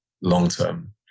long-term